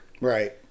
Right